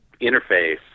interface